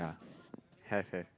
have have